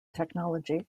technology